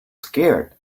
scared